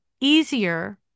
easier